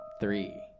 Three